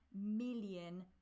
million